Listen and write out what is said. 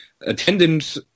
Attendance